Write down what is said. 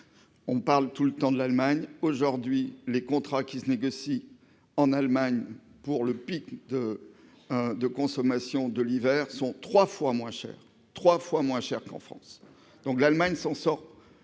On parle tout le temps de l'Allemagne ; aujourd'hui, les contrats qui s'y négocient pour le pic de consommation de l'hiver sont trois fois moins chers qu'en France. Donc, l'Allemagne, avec